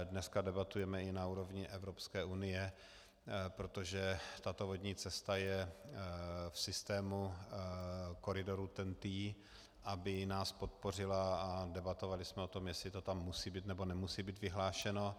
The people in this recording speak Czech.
Dneska debatujeme i na úrovni Evropské unie, protože tato vodní cesta je v systému koridorů TENT, aby nás podpořila, a debatovali jsme o tom, jestli to tam musí být, nebo nemusí být vyhlášeno.